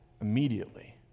immediately